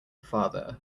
father